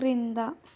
క్రింద